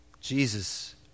Jesus